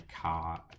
car